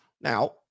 Now